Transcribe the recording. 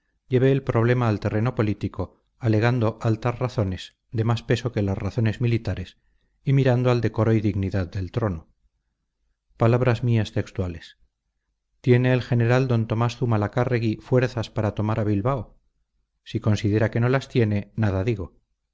llevé el problema al terreno político alegando altas razones de más peso que las razones militares y mirando al decoro y dignidad del trono palabras mías textuales tiene el general d tomás zumalacárregui fuerzas para tomar a bilbao si considera que no las tiene nada digo